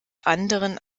anderen